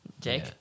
Jake